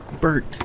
Bert